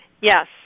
Yes